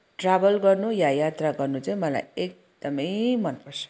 travel गर्नु या यात्रा गर्नु चाहिँ मलाई एकदमै मनपर्छ